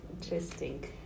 Interesting